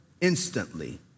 instantly